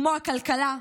כמו הכלכלה,